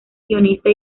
guionista